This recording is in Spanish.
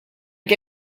que